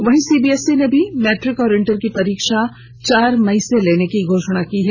वहीं सीबीएसई ने भी मैट्रिक और इंटर की परीक्षा चार मई से लेने की घोषणा की है